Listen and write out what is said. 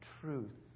truth